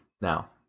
now